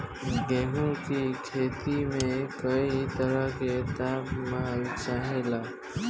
गेहू की खेती में कयी तरह के ताप मान चाहे ला